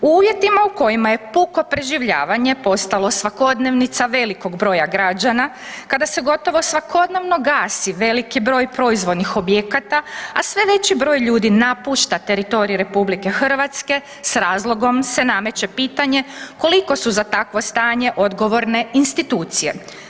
U uvjetima u kojima je puko preživljavanje postalo svakodnevnica velikog broja građana, kada se gotovo svakodnevno gasi veliki broj proizvodnih objekata, a sve veći broj ljudi napušta teritorij RH s razlogom se nameće pitanje koliko su za takvo stanje odgovorne institucije.